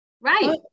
Right